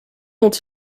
dont